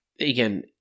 again